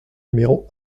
numéro